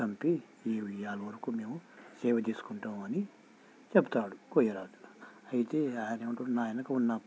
చంపి ఈ ఇవాళ వరకు మేము సేవ చేసుకుంటాం అని చెప్తాడు కొయ్యరాజు అయితే ఆయన ఏమంటాడు నా వెనుక ఉన్న